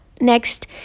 next